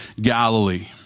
Galilee